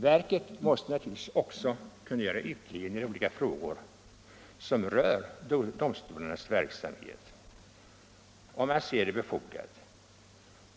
Verket måste naturligtvis också kunna göra utredningar i olika frågor som rör domstolarnas verksamhet, om man anser det befogat.